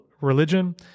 religion